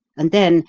and then,